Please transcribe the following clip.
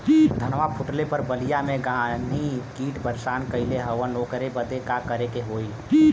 धनवा फूटले पर बलिया में गान्ही कीट परेशान कइले हवन ओकरे बदे का करे होई?